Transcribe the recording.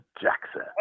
Jackson